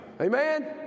Amen